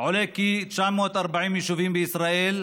עולה כי ב-940 יישובים בישראל,